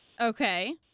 Okay